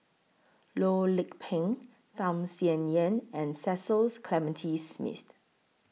Loh Lik Peng Tham Sien Yen and Cecil Clementi Smith